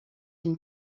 une